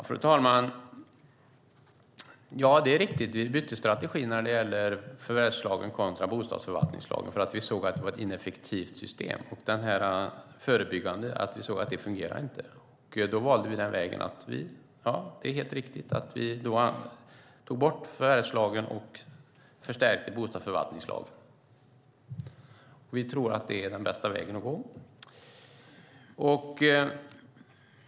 Fru talman! Det är riktigt att vi bytte strategi när det gäller förvärvslagen kontra bostadsförvaltningslagen, eftersom vi såg att det var ett ineffektivt system. Vi såg att det som skulle vara förebyggande inte fungerade. Då valde vi helt riktigt den vägen att vi tog bort förvärvslagen och förstärkte bostadsförvaltningslagen. Vi tror att det är den bästa vägen att gå.